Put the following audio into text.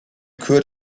could